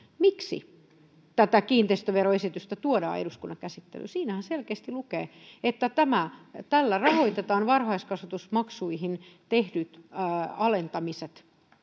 miksi tätä kiinteistöveroesitystä tuodaan eduskunnan käsittelyyn siinähän selkeästi lukee että tällä rahoitetaan varhaiskasvatusmaksuihin tehdyt alentamiset